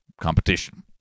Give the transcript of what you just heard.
competition